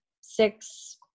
six